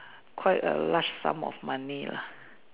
quite a large Sum of money lah